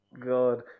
God